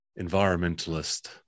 environmentalist